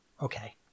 Okay